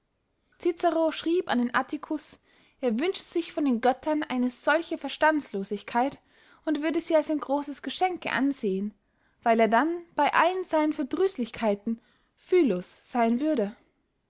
cicero schrieb an den atticus er wünsche sich von den göttern eine solche verstandslosigkeit und würde sie als ein grosses geschenke ansehen weil er dann bey allen seinen verdrüßlichkeiten fühllos seyn würde